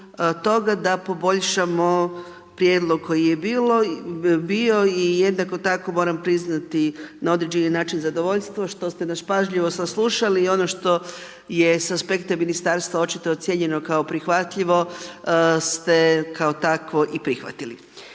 da poboljšamo prijedlog koji je bio i jednako tako moram priznati na određeni način zadovoljstvo što ste nas pažljivo saslušali i ono što je sa aspekta Ministarstva očito ocijenjeno kao prihvatljivo ste kao takvo i prihvatili.